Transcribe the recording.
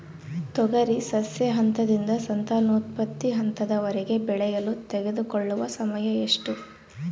ತೊಗರಿ ಸಸ್ಯಕ ಹಂತದಿಂದ ಸಂತಾನೋತ್ಪತ್ತಿ ಹಂತದವರೆಗೆ ಬೆಳೆಯಲು ತೆಗೆದುಕೊಳ್ಳುವ ಸಮಯ ಎಷ್ಟು?